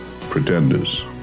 pretenders